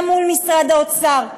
גם עם משרד האוצר,